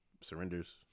surrenders